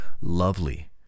lovely